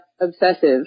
obsessive